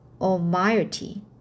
almighty